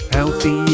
Healthy